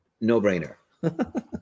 no-brainer